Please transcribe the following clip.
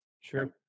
Sure